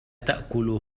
تأكل